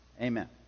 Amen